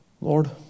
Lord